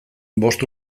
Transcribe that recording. bost